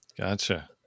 Gotcha